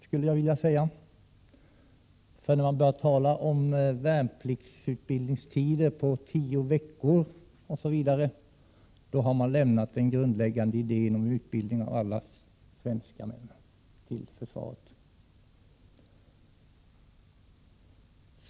När man då börjar tala om värnpliktsutbildningstider på tio veckor har man lämnat den grundläggande idén om utbildning av alla svenska män till försvaret.